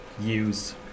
use